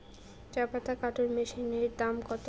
চাপাতা কাটর মেশিনের দাম কত?